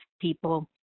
people